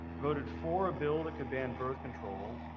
voted for a bill that could ban birth control.